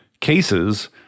cases